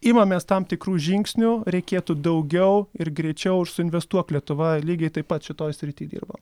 imamės tam tikrų žingsnių reikėtų daugiau ir greičiau ir su investuok lietuva lygiai taip pat šitoj srity dirba